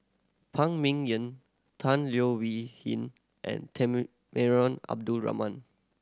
Phan Ming Yen Tan Leo Wee Hin and Temenggong Abdul Rahman